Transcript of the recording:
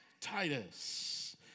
Titus